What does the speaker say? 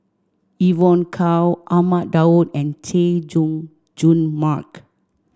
Evon Kow Ahmad Daud and Chay Jung Jun Mark